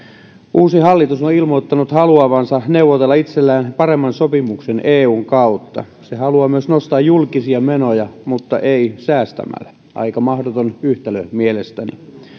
uusi hallitus on ilmoittanut haluavansa neuvotella itselleen paremman sopimuksen eun kautta se haluaa myös nostaa julkisia menoja mutta ei säästämällä aika mahdoton yhtälö mielestäni